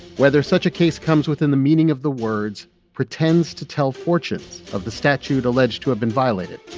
whether such a case comes within the meaning of the words pretends to tell fortunes of the statute alleged to have been violated